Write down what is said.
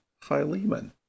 Philemon